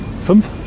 fünf